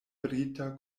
brita